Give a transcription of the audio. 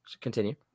Continue